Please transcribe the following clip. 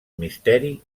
misteri